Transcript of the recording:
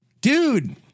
Dude